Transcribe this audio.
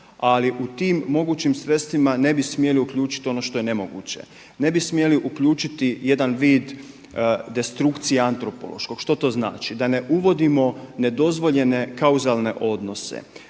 Ali u tim mogućim sredstvima ne bi smjeli uključiti ono što je nemoguće, ne bi smjeli uključiti jedan vid destrukcije antropološkog. Što to znači? Da ne uvodimo nedozvoljene kauzalne odnose.